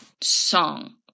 song